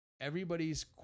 Everybody's